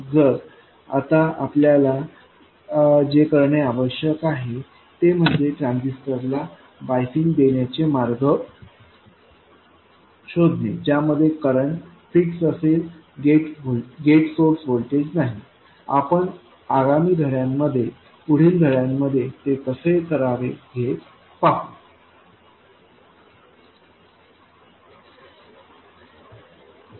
तर आता आपल्याला जे करणे आवश्यक आहे ते म्हणजे ट्रांझिस्टरला बायझिंग देण्याचे मार्ग शोधणे ज्यामध्ये करंट फिक्स असेल गेट सोर्स व्होल्टेज नाही आपण आगामी धड्यांमध्ये ते कसे करावे हे पाहू